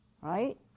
right